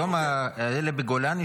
היום בגולני,